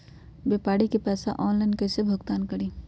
व्यापारी के पैसा ऑनलाइन कईसे भुगतान करी?